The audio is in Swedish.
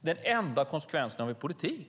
den enda konsekvensen av er politik!